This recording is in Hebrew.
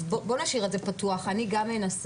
אז בואו נשאיר את זה פתוח, אני גם אנסה.